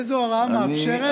איזה הוראה מאפשרת?